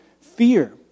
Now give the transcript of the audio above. fear